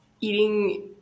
eating